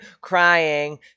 crying